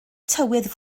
tywydd